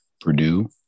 Purdue